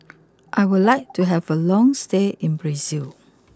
I would like to have a long stay in Brazil